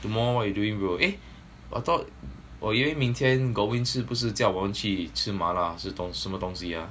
tomorrow what you doing bro eh I thought 我以为明天 gurwin 是不是叫我们去吃麻辣吃东什么东西 ah